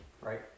right